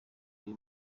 iri